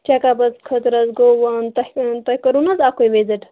check ups خٲطرٕ حظ گوٚو تۅہہِ تۅہہِ کوٚروٕنا اکُے وِزِٹ